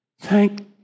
Thank